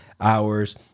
hours